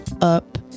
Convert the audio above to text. up